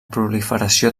proliferació